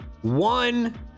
one